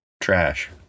trash